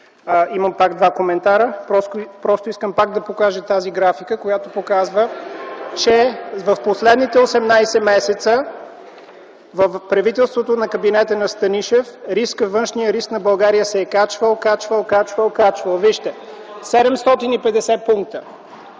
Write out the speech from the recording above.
Имам пак два коментара. Просто искам пак да покажа тази графика, която показва (шум и реплики от КБ), че в последните 18 месеца в правителството на кабинета на Станишев външният риск на България се е качвал, качвал, качвал. Вижте: 750 пункта.